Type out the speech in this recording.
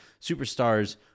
superstars